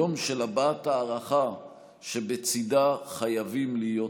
יום של הבעת הערכה שבצידה חייבים להיות מעשים.